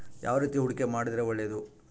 ಯಾವ ರೇತಿ ಹೂಡಿಕೆ ಮಾಡಿದ್ರೆ ಒಳ್ಳೆಯದು?